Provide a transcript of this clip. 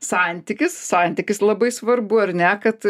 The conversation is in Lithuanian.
santykis santykis labai svarbu ar ne kad